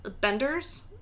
benders